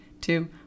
two